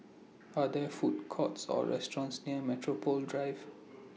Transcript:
Are There Food Courts Or restaurants near Metropole Drive